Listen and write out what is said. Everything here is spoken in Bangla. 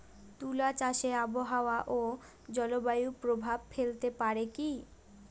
তুলা চাষে আবহাওয়া ও জলবায়ু প্রভাব ফেলতে পারে কি?